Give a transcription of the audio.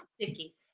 sticky